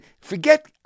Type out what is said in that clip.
forget